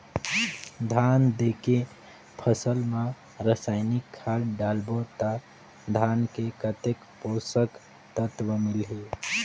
धान देंके फसल मा रसायनिक खाद डालबो ता धान कतेक पोषक तत्व मिलही?